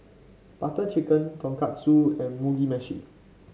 Butter Chicken Tonkatsu and Mugi Meshi